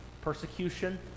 persecution